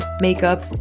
makeup